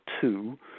two